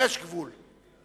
יש גבול.